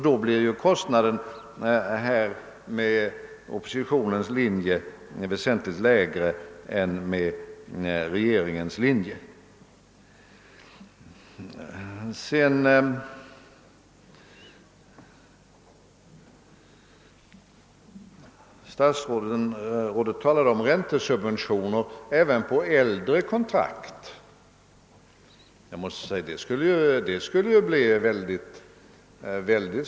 Då blir ju kostnaden enligt oppositionens linje väsentligt lägre än enligt regeringens linje. Statsrådet talade sedan om räntesubventioner även på äldre kontrakt. Det skulle röra sig om väldiga belopp.